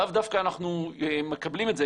לאו דווקא אנחנו מקבלים את זה.